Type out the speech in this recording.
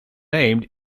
named